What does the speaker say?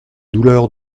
douleur